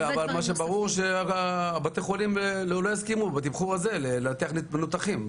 אבל ברור שבתי החולים לא יסכימו לנתח מנותחים בתמחור הזה,